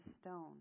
stone